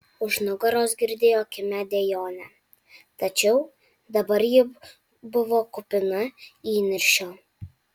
už nugaros girdėjo kimią dejonę tačiau dabar ji buvo kupina įniršio